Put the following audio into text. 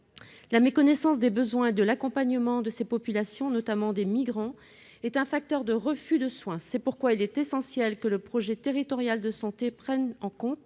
La méconnaissance des besoins d'accompagnement de ces populations, notamment des migrants, est un facteur de refus de soins. C'est pourquoi il est essentiel que le projet territorial de santé prenne en compte